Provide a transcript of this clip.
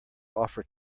offer